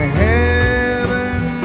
heaven